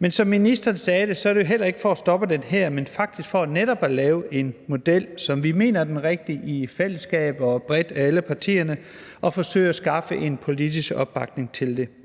Men som ministeren også sagde, er det ikke for at stoppe den her, men faktisk for netop at lave en model, som vi mener er den rigtige, i fællesskab, bredt sammen med alle partierne, og forsøge at skaffe en politisk opbakning til det.